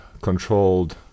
controlled